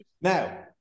Now